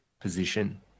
position